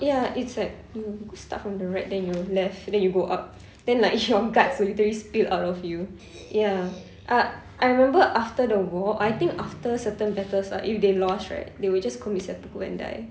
ya it's like you start from the right then you left then you go up then like your guts will literally spill out of you ya uh I remember after the war I think after certain battles lah if they lost right they would just commit seppuku and die